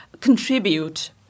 contribute